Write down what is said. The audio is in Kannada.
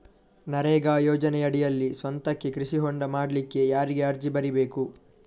ನರೇಗಾ ಯೋಜನೆಯಡಿಯಲ್ಲಿ ಸ್ವಂತಕ್ಕೆ ಕೃಷಿ ಹೊಂಡ ಮಾಡ್ಲಿಕ್ಕೆ ಯಾರಿಗೆ ಅರ್ಜಿ ಬರಿಬೇಕು?